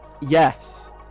Yes